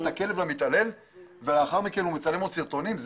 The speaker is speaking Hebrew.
את הכלב למתעלל שאחר כך מצלם עוד סרטונים?